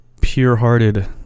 pure-hearted